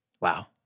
Wow